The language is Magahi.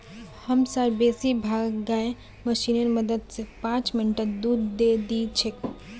हमसार बेसी भाग गाय मशीनेर मदद स पांच मिनटत दूध दे दी छेक